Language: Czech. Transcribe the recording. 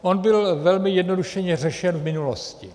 On byl velmi zjednodušeně řešen v minulosti.